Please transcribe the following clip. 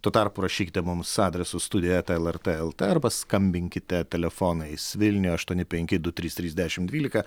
tuo tarpu rašykite mums adresu studija eta lrt lt arba skambinkite telefonais vilniuje aštuoni penki du trys trys dešimt dvylika